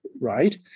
right